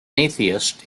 atheist